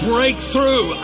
breakthrough